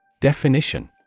Definition